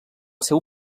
seu